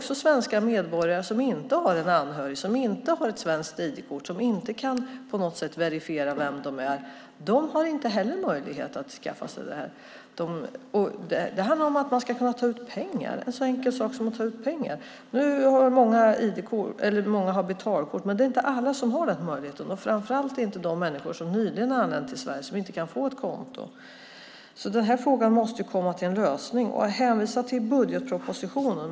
Svenska medborgare som inte har en anhörig och inte kan verifiera vem de är har inte heller möjlighet att skaffa sig ID-kort. Det kan handla om en så enkel sak som att kunna ta ut pengar. Nu är det många som har betalkort. Men det är inte alla som har den möjligheten, framför allt inte de människor som nyligen har anlänt till Sverige och som inte kan få ett konto. Den här frågan måste komma till en lösning. Nyamko Sabuni hänvisar till budgetpropositionen.